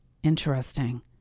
interesting